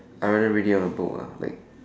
I rather read it on a book eh like